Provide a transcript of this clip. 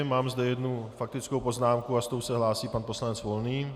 Mám zde jednu faktickou poznámku, a s tou se hlásí pan poslanec Volný.